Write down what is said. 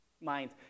Mind